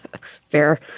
fair